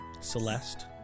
Celeste